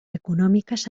econòmiques